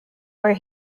where